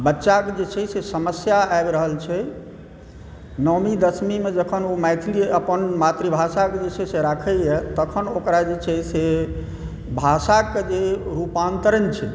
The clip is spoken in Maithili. बच्चाके जे छै समस्या आबि रहल छै नौवीं दसमीमे जखन ओ मैथिली अपन मातृभाषाके विषयमे राखै यऽ तखन ओकरा जे छै से भाषाके जे रूपांतरण छै